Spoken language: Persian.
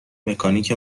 مکانیک